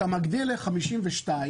אתה מגדיל ל-52,